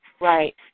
Right